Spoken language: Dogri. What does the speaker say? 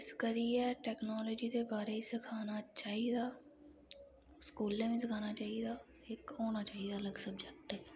इस करियै टैकनॉलजी दे बारे च सखाना चाहिदा स्कूलैं बी सखाना चाहिदा इक होना चाहिदा अलग सवजैक्ट